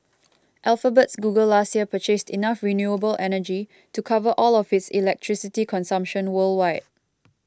Alphabet's Google last year purchased enough renewable energy to cover all of its electricity consumption worldwide